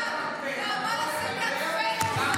--- לא לפטפט, לא לדבר, גם לשמוע.